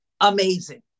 amazing